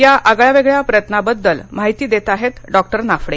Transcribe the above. या आगळ्यावेगळ्या प्रयत्नाबद्दल माहीती देताहेत डॉक्टर नाफडे